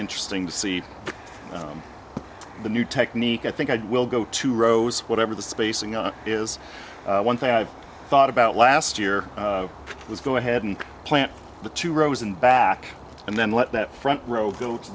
interesting to see the new technique i think i'd will go to rose whatever the spacing on is one thing i've thought about last year was go ahead and plant the two rows in back and then let that front row